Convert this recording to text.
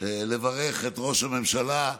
לברך את ראש הממשלה,